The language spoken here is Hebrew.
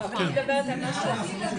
כן, כי נתקעים שם.